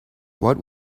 what